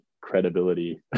credibility